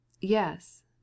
Yes